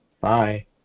Bye